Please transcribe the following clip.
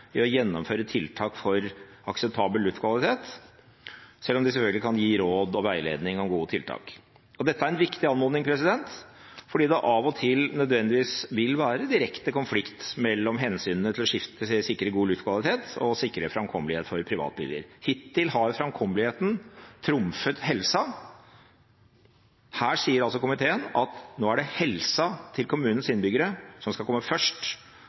i å gjennomføre tiltak for akseptabel luftkvalitet, selv om de selvfølgelig kan gi råd og veiledning om gode tiltak. Dette er en viktig anmodning, fordi det av og til nødvendigvis vil være direkte konflikt mellom hensynene til å sikre god luftkvalitet og sikre framkommelighet for privatbiler. Hittil har framkommeligheten trumfet helsa. Her sier komiteen at nå er det helsa til kommunenes innbyggere som skal komme først,